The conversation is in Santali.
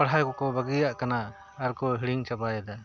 ᱯᱟᱲᱦᱟᱣ ᱠᱚᱠᱚ ᱵᱟᱹᱜᱤᱭᱟᱜ ᱠᱟᱱᱟ ᱟᱨ ᱠᱚ ᱦᱤᱲᱤᱧ ᱪᱟᱵᱟᱭᱮᱫᱟ